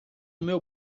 meu